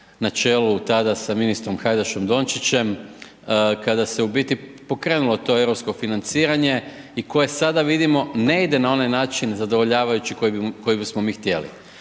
na čelu tada sa ministrom Hajdaš Dončićem, kada se u biti pokrenulo to europsko financiranje i koje sada vidimo, ne ide na onaj način zadovoljavajući koji bismo mi htjeli.